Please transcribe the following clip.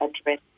address